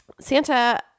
Santa